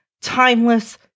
timeless